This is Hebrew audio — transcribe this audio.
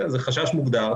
זה חשש מוגדר,